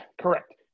correct